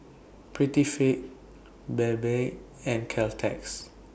Prettyfit Bebe and Caltex